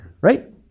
Right